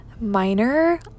minor